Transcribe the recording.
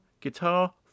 guitar